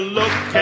look